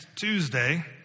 Tuesday